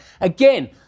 Again